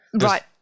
Right